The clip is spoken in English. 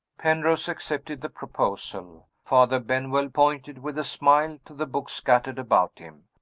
penrose accepted the proposal. father benwell pointed with a smile to the books scattered about him.